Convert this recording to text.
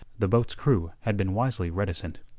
the boat's crew had been wisely reticent.